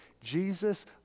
Jesus